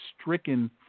stricken